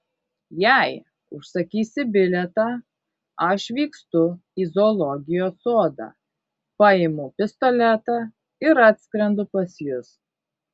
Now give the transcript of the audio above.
jei užsakysi bilietą aš vykstu į zoologijos sodą paimu pistoletą ir atskrendu pas jus